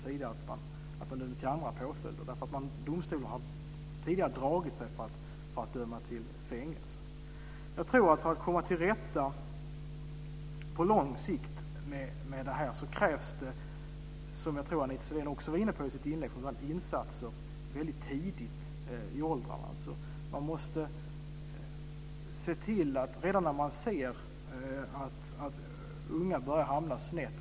Tidigare har domstolarna dragit sig för att döma till fängelse. För att komma till rätta med det här på lång sikt krävs det, som Anita Sidén också var inne på i sitt inlägg, insatser väldigt tidigt. Man måste vara beredd att sätta in insatser redan när man ser att unga börjar hamna snett.